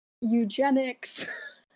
eugenics